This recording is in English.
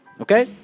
Okay